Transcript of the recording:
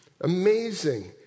Amazing